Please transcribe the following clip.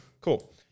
cool